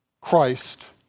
Christ